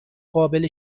قابل